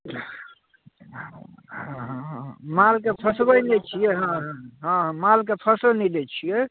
हँ मालके फँसबै नहि छियै हँ हँ मालके फँसऽ नहि दै छियै